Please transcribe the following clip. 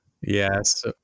Yes